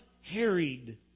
harried